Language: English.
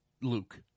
Luke